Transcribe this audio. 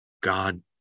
God